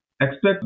expect